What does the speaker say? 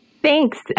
Thanks